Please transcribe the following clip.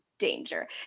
danger